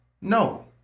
no